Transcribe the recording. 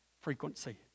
frequency